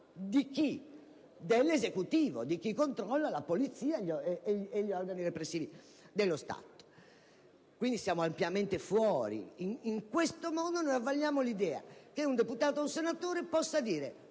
dell'Esecutivo, di chi controlla la polizia e gli organi repressivi dello Stato. Quindi siamo ampiamente fuori. In questo modo avalliamo l'idea che un deputato o un senatore possa dire